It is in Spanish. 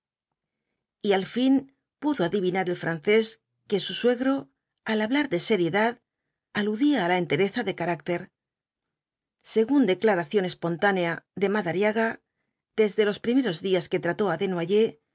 y al fin pudo adivinar el francés que su suegro al hablar de seriedad aludía á la entereza de carácter según declaración espontánea de madariaga desde los primeros días que trató á